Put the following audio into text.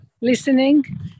listening